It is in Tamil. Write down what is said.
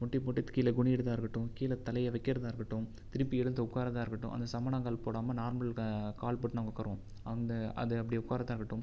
முட்டி போட்டு கீழே குனியுறதாக இருக்கட்டும் கீழே தலை வைக்கிறதா இருக்கட்டும் திருப்பி எழுந்து உட்கார்ரதா இருக்கட்டும் அந்த சமணம் கால் போடாமல் நார்மல் க கால் போட்டு நம்ம உட்காருவோ அந்த அதை அப்படி உட்காரதா இருக்கட்டும்